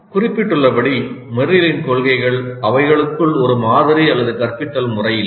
குறிப்பிட்டுள்ளபடி மெர்ரிலின் கொள்கைகள் அவைகளுக்குள் ஒரு மாதிரி அல்லது கற்பித்தல் முறை இல்லை